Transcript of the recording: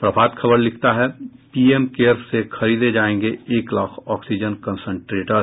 प्रभात खबर लिखता है PM cares से खरीदे जायेंगे एक लाख ऑक्सीजन कन्संट्रेटर